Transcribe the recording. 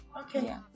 okay